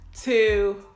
two